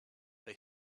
they